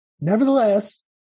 Nevertheless